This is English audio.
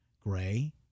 gray